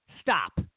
Stop